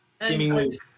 seemingly